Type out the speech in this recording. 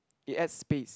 it adds space